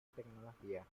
tecnología